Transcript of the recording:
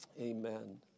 amen